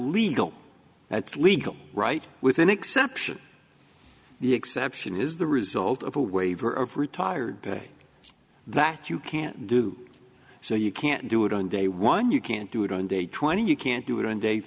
legal that's legal right with an exception the exception is the result of a waiver of retired pay that you can't do so you can't do it on day one you can't do it on day twenty you can't do it on da